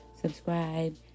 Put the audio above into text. subscribe